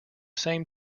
same